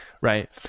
right